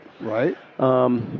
Right